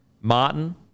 Martin